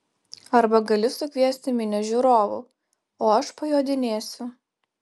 arba gali sukviesti minią žiūrovų o aš pajodinėsiu